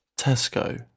Tesco